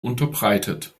unterbreitet